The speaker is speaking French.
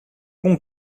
bon